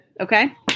Okay